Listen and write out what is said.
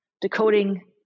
Decoding